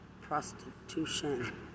prostitution